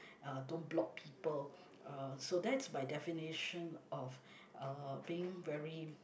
uh don't block people uh so that's my definition of uh being very